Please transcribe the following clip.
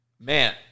Man